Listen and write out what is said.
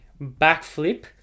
backflip